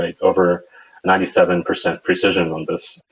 it's over ninety seven percent precision on this.